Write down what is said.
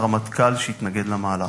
הרמטכ"ל שהתנגד למהלך.